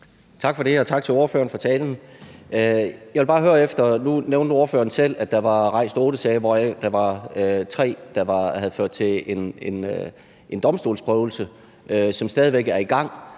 Tak for det, og tak til ordføreren for talen. Ordføreren nævnte selv, at der var rejst otte sager, hvoraf tre har ført til domstolsprøvelse, som stadig væk er i gang,